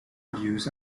views